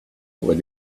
were